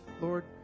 Lord